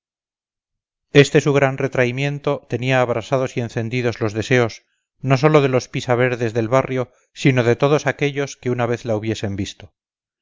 este su gran retraimiento tenía abrasados y encendidos los deseos no sólo de los pisaverdes del barrio sino de todos aquellos que una vez la hubiesen visto